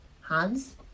Hans